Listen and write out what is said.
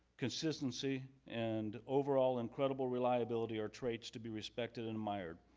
consistency, and overall incredible reliability are traits to be respected and admired.